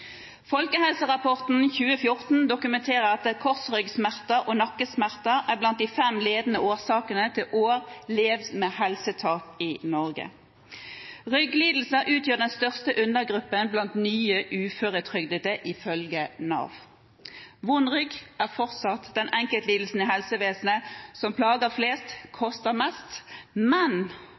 Folkehelserapporten 2014 dokumenterer at korsryggsmerter og nakkesmerter er blant de fem ledende årsakene til år levd med helsetap i Norge. Rygglidelser utgjør den største undergruppen blant nye uføretrygdede ifølge Nav. Vond rygg er fortsatt den enkeltlidelsen i helsevesenet som «plager flest, koster mest, men